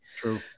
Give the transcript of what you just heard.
True